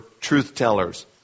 truth-tellers